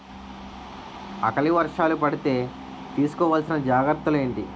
ఆకలి వర్షాలు పడితే తీస్కో వలసిన జాగ్రత్తలు ఏంటి?